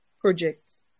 projects